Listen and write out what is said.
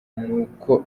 nuko